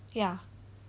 ya